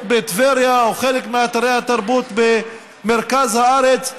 בטבריה או חלק מאתרי התרבות במרכז הארץ.